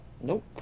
Nope